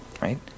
right